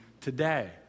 today